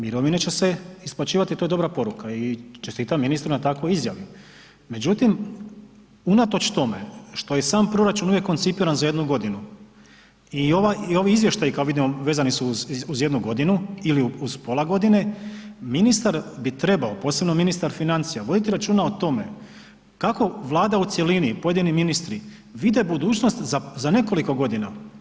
Mirovine će se isplaćivati to je dobra poruka i čestitam ministru na takvoj izjavi, međutim unatoč tome što je i sam proračun uvijek koncipiran za jednu godinu i ovi izvještaji kako vidimo vezani su uz jednu godinu ili uz pola godine, ministar bi trebao posebno ministar financija, voditi računa o tome kako Vlada u cjelini, pojedini ministri vide budućnost za nekoliko godina.